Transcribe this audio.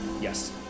Yes